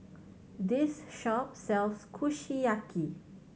this shop sells Kushiyaki